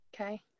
Okay